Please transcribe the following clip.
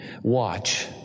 Watch